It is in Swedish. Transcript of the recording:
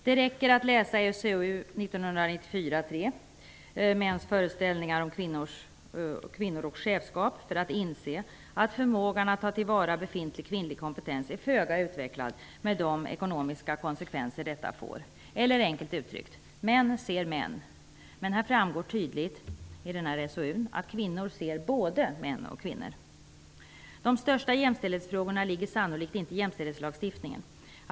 Det räcker att läsa SoU 1994:3 Mäns föreställningar om kvinnor och chefskap för att man skall inse att förmågan att ta till vara befintlig kvinnlig kompetens är föga utvecklad, med de ekonomiska konsekvenser detta får. Enkelt uttryckt: Män ser män. Men kvinnor ser både män och kvinnor. Det framgår tydligt i denna utredning. De största jämställdhetsfrågorna ligger sannolikt inte i jämställdhetslagstiftningen.